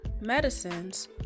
medicines